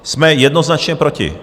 Jsme jednoznačně proti.